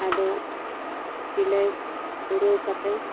ᱟᱫᱚ ᱥᱤᱞᱟᱹᱭ ᱯᱩᱨᱟᱹᱣ ᱠᱟᱛᱮ